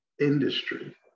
industry